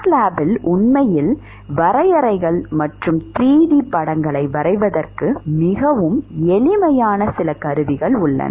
MATLABல் உண்மையில் வரையறைகள் மற்றும் 3 டி படங்களை வரைவதற்கு மிகவும் எளிமையான சில கருவிகள் உள்ளன